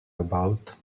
about